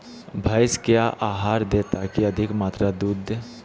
भैंस क्या आहार दे ताकि अधिक मात्रा दूध दे?